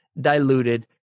diluted